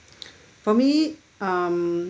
for me um